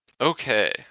Okay